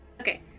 okay